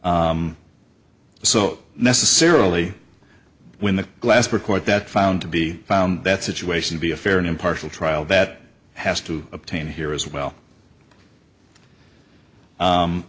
so necessarily when the glasper court that found to be found that situation be a fair and impartial trial that has to obtain here as well